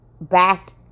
back